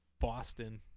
Boston